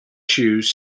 shoes